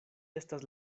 estas